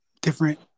different